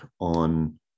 on